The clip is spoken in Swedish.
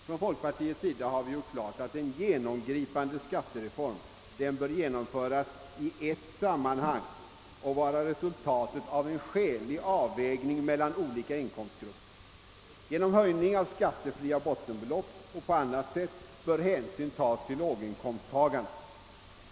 Från folkpartiets sida har vi gjort klart att en genomgripande skattereform bör genomföras i ett sammanhang såsom resultatet av en skälig avvägning mellan olika inkomstgrupper. Genom höjning av de skattefria bottenbeloppen och på annat sätt bör hänsyn tagas till låginkomsttagarna.